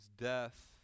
death